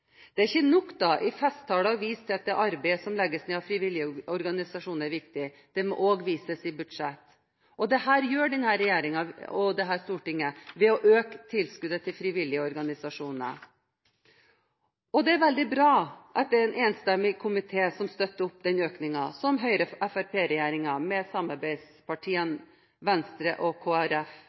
Det er ikke da nok i festtaler å vise til at det arbeidet som legges ned av frivillige organisasjoner, er viktig. Det må også vises i budsjett. Dette gjør denne regjeringen og dette stortinget ved å øke tilskuddet til frivillige organisasjoner. Det er veldig bra at det er en enstemmig komité som støtter opp om den økningen som Høyre–Fremskrittsparti-regjeringen med samarbeidspartiene Venstre og